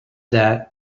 that